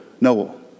Noel